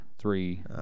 three